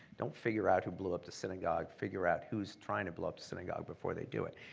don't figure out who blew up the synagogue. figure out who's trying to blow up the synagogue before they do it.